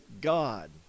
God